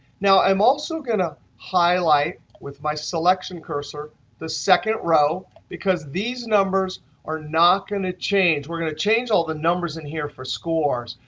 now, i'm also going to highlight with my selection cursor the second row, because these numbers are not going to change. we're going to change all the numbers in here for scores.